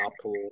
apple